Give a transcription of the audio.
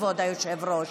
כבוד היושב-ראש.